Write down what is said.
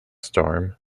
storm